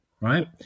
right